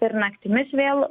ir naktimis vėl